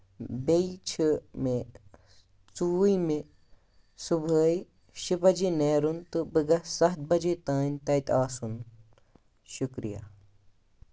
بیٚیہِ چھِ مےٚ ژوٚوُہِمہِ صُبحٲے شےٚ بَجے نیرُن تہٕ بہٕ گژھٕ سَتھ بَجے تام تَتہِ آسُن شُکریہ